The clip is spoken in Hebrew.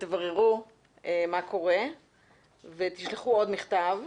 תבררו מה קורה ותשלחו עוד מכתב.